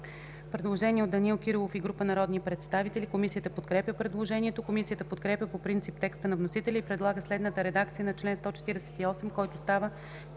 представител Данаил Кирилов и група народни представители. Комисията подкрепя предложението. Комисията подкрепя по принцип текста на вносителя и предлага следната редакция на чл. 151, който става